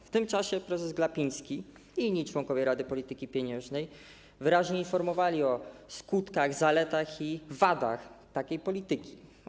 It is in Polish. W tym czasie prezes Glapiński i inni członkowie Rady Polityki Pieniężnej wyraźnie informowali o skutkach, zaletach i wadach takiej polityki.